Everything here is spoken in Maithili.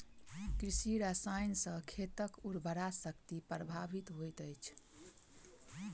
कृषि रसायन सॅ खेतक उर्वरा शक्ति प्रभावित होइत अछि